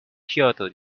kyoto